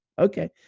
Okay